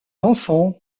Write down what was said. enfants